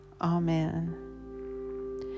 Amen